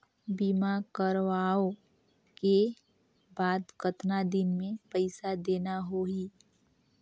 बीमा करवाओ के बाद कतना दिन मे पइसा देना हो ही?